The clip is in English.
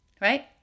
right